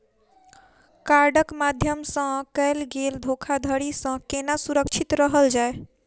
कार्डक माध्यम सँ कैल गेल धोखाधड़ी सँ केना सुरक्षित रहल जाए?